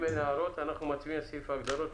אם אין הערות אנחנו מצביעים על סעיף ההגדרות.